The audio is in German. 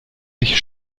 mich